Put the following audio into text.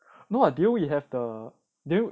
no lah do you have the do you